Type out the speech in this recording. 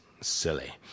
silly